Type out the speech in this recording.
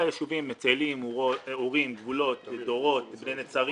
צאלים, אורים, גבולות, דורות, בני נצרים.